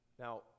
Now